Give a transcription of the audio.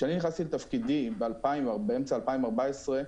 כשאני נכנסתי לתפקידי באמצע 2014,